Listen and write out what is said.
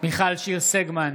מיכל שיר סגמן,